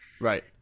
Right